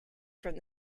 from